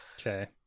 Okay